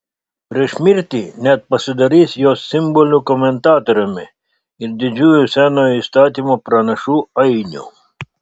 prieš mirtį net pasidarys jos simbolių komentatoriumi ir didžiųjų senojo įstatymo pranašų ainiu